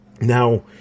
Now